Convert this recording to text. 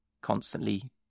constantly